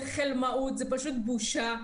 זה חלמאות, זה פשוט בושה.